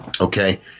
okay